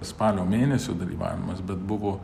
spalio mėnesio dalyvavimas bet buvo